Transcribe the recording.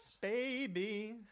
Baby